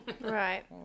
Right